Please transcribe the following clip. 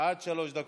עד שלוש דקות,